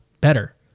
better